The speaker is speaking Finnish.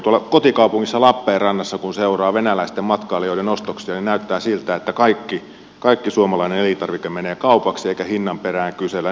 tuolla kotikaupungissa lappeenrannassa kun seuraa venäläisten matkailijoiden ostoksia näyttää siltä että kaikki suomalainen elintarvike menee kaupaksi eikä hinnan perään kysellä